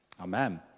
amen